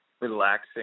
relaxing